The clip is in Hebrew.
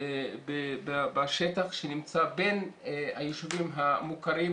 בשטח שנמצא בין היישובים המוכרים,